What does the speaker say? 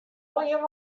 allegearre